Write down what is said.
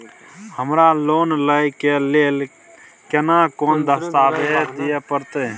हमरा लोन लय के लेल केना कोन दस्तावेज दिए परतै?